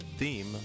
theme